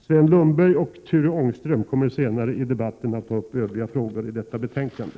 Sven Lundberg och Ture Ångqvist kommer senare i debatten att ta upp övriga frågor i detta betänkande.